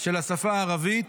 של השפה הערבית